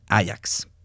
Ajax